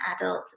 adult